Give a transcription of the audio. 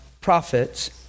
prophets